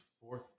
fourth